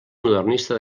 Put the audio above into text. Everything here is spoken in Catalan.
modernista